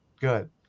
good